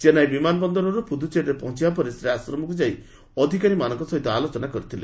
ଚେନ୍ନାଇ ବିମାନ ବନ୍ଦରରୁ ପୁଦୁଚେରୀରେ ପହଞ୍ଚିବା ପରେ ସେ ଆଶ୍ରମକୁ ଯାଇ ଅଧିକାରୀମାନଙ୍କ ସହ ଆଲୋଚନା କରିଥିଲେ